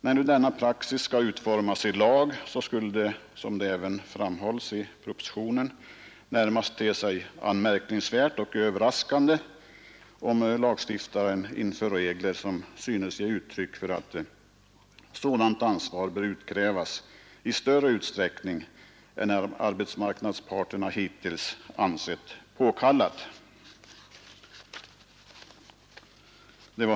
När nu denna praxis skall utformas i lag skulle det, som även framhålles i propositionen, närmast te sig anmärkningsvärt och överraskande om lagstiftaren inför regler som synes ge uttryck för att sådant ansvar bör utkrävas i större utsträckning än vad arbetsmarknadsparterna hittills har ansett påkallat.